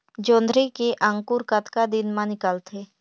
जोंदरी के अंकुर कतना दिन मां निकलथे?